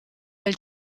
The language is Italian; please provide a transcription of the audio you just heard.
del